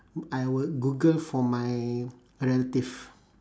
I would google for my relative